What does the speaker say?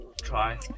try